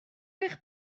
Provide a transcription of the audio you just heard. eich